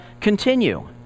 continue